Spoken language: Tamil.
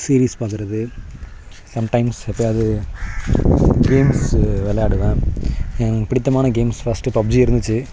சீரிஸ் பார்க்குறது சம்டைம்ஸ் எப்போயாவது கேம்ஸ் விளையாடுவேன் எனக்கு பிடித்தமான கேம்ஸ் ஃபஸ்டு பப்ஜி இருந்துச்சு